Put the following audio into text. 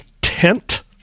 tent